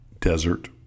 desert